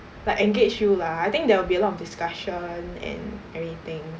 like engage you lah I think there will be a lot of discussion and everything